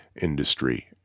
industry